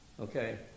okay